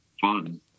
fun